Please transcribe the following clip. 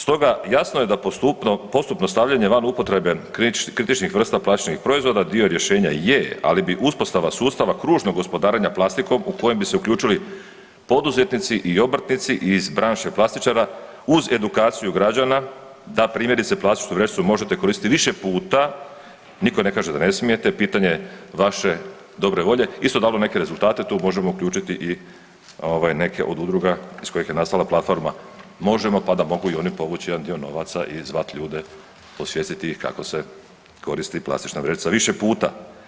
Stoga je jasno da je postupno stavljanje van upotrebe kritičnih vrsta plastičnih proizvoda dio rješenja je, ali bi uspostava sustava kružnog gospodarenja plastikom u kojem bi se uključili poduzetnici i obrtnici i iz branše „plastičara“ uz edukaciju građana, da primjerice, plastičnu vrećicu možete koristiti više puta, nitko ne kaže da ne smijete, pitanje je vaše dobre volje, isto dalo neke rezultate, tu možemo uključiti i neke od udruga iz kojih je nastala platforma Možemo! pa da mogu i oni povući jedan dio novaca i zvat ljude, osvijestiti ih kako se koristi plastična vrećica više puta.